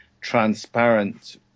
transparent